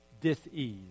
dis-ease